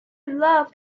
loved